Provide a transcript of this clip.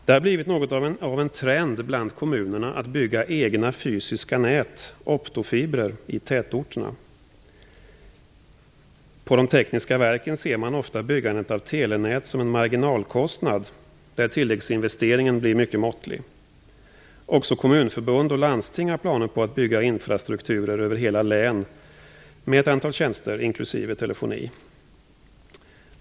Det har blivit något av en trend bland kommunerna att bygga egna fysiska nät, optofibrer, i tätorterna. På de tekniska verken ser man ofta byggandet av telenät som en marginalkostnad där tilläggsinvesteringen blir mycket måttlig. Också kommunförbund och landsting har planer på att bygga infrastrukturer över hela län med ett antal tjänster, inklusive telefoni.